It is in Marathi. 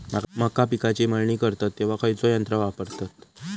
मका पिकाची मळणी करतत तेव्हा खैयचो यंत्र वापरतत?